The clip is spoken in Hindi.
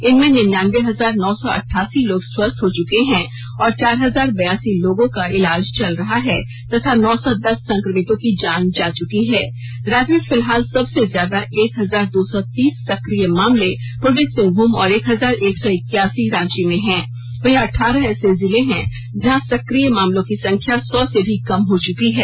इनमें निन्यान्बे हजार नौ सौ अठासी लोग स्वस्थ हो चके हैं और चार हजार बयासी लोगों का इलाज चल रहा है तथा नौ सौ दस संक्रमितों की जान जा चुकी है राज्य में फिलहाल सबसे ज्यादा एक हजार दो सौ तीस संक्रिय मामले पूर्वी सिंहभूम और एक हजार एक सौ इक्यासी रांची में हैं वहीं अठारह ऐसे जिले हैं जहां सक्रिय मामलों की संख्या सौ से भी कम हो चुकी है